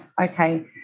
Okay